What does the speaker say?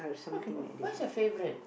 okay w~ what is your favourite